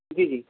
جی جی